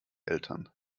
eltern